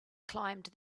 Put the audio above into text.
climbed